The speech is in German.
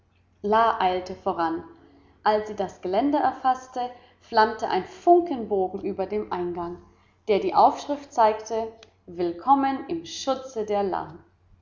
eilte voran als sie das geländer erfaßte flammte ein funkenbogen über dem eingang der die aufschrift zeigte willkommen im schutze der la